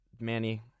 Manny